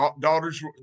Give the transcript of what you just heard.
Daughters